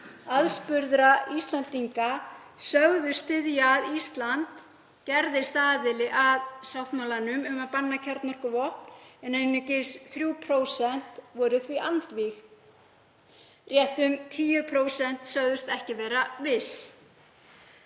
aðspurðra Íslendinga sögðust styðja að Ísland gerðist aðili að sáttmálanum um að banna kjarnorkuvopn en einungis 3% voru því andvíg. Rétt um 10% sögðust ekki vera viss.